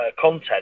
content